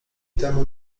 temu